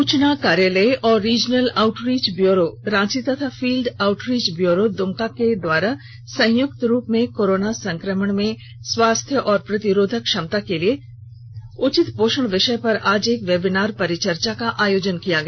सूचना कार्यालय व रीजनल आउटरीच ब्यूरो रांची तथा फील्ड आउटरीच ब्यूरो दुमका के द्वारा संयुक्त रूप में कोरोना संक्रमण में स्वास्थ्य एवं प्रतिरोधक क्षमता के लिये उचित पोषण विषय पर आज एक वेबिनार परिचर्चा का आयोजन किया गया